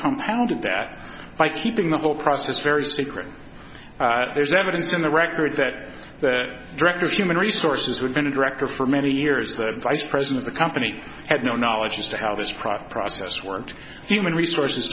compounded that by keeping the whole process very secret there's evidence in the record that that director of human resources would been a director for many years the vice president of the company had no knowledge as to how this product process worked human resources